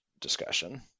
discussion